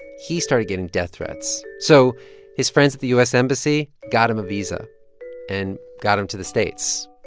he started getting death threats. so his friends at the u s. embassy got him a visa and got him to the states,